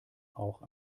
auch